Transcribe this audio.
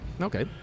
Okay